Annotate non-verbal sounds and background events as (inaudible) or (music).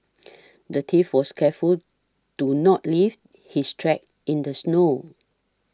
(noise) the thief was careful to not leave his tracks in the snow